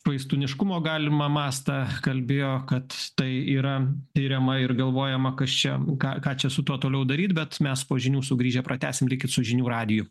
švaistūniškumo galimą mastą kalbėjo kad tai yra tiriama ir galvojama kas čia ką ką čia su tuo toliau daryt bet mes po žinių sugrįžę pratęsim likit su žinių radiju